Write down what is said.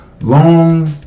long